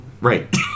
right